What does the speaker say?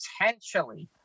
potentially